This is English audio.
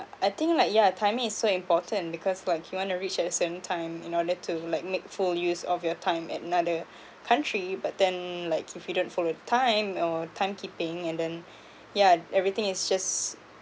I think like yeah timing is so important because like you want to reach a certain time in order to like make make full use of your time at another country but then like if you don't follow the time or timekeeping and then yeah everything is just